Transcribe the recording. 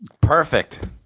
Perfect